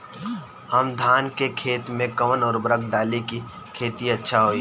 हम धान के खेत में कवन उर्वरक डाली कि खेती अच्छा होई?